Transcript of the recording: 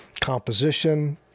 composition